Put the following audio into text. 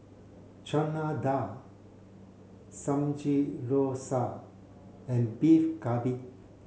Chana Dal Samgeyopsal and Beef Galbi